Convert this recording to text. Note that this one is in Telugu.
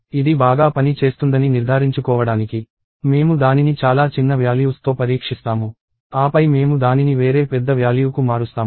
ఇది బాగా పని చేస్తుందని నిర్ధారించుకోవడానికి మేము దానిని చాలా చిన్న వ్యాల్యూస్ తో పరీక్షిస్తాము ఆపై మేము దానిని వేరే పెద్ద వ్యాల్యూ కు మారుస్తాము